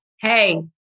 hey